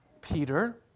Peter